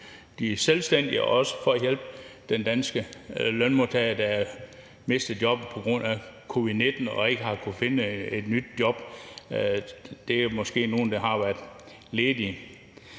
de selvstændige og for at hjælpe den danske lønmodtager, der har mistet jobbet på grund af covid-19, og som ikke har kunnet finde et nyt job. Det er måske nogle, der har været ledige